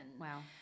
Wow